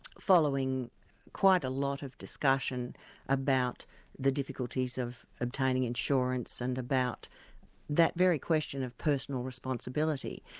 following quite a lot of discussion about the difficulties of obtaining insurance and about that very question of personal responsibility.